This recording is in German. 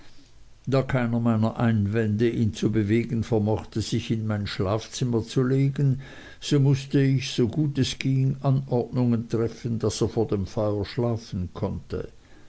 da keiner meiner einwände ihn zu bewegen vermochte sich in mein schlafzimmer zu legen so mußte ich so gut es ging anordnungen treffen daß er vor dem feuer schlafen könnte